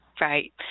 Right